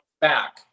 back